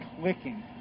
clicking